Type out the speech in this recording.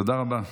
תודה רבה.